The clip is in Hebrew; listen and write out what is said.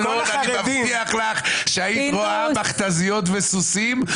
אני מבטיח לך שהיית רואה מכתזיות וסוסים,